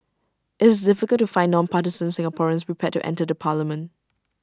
IT is difficult to find non partisan Singaporeans prepared to enter the parliament